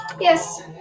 Yes